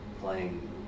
playing